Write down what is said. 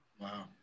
wow